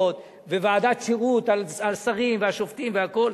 וועדת שירות על שרים ועל שופטים והכול.